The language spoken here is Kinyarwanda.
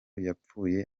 yapfuye